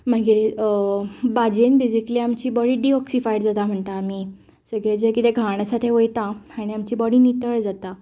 मागीर भाजयेन बेजिकली आमची बॉडी डिटोक्सीफायड जाता म्हणटा आमी जे कितें घाण आसा तें वयता आनी आमची बॉडी नितळ जाता